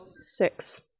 six